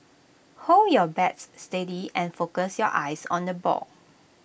hold your bat steady and focus your eyes on the ball